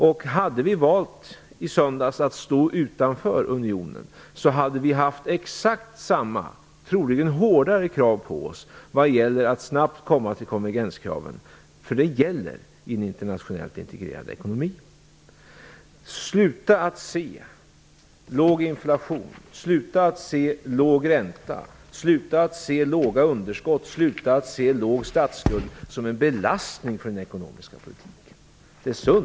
Om vi i söndags hade valt att stå utanför unionen hade vi haft samma eller, mer troligt, hårdare krav på oss vad gäller att snabbt uppfylla konvergenskraven. De gäller nämligen i en internationellt integrerad ekonomi. Sluta att se en låg inflation, en låg ränta, låga underskott och en låg statsskuld som en belastning för den ekonomiska politiken!